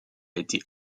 été